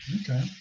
Okay